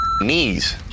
knees